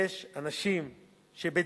יש אנשים שבדין